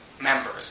members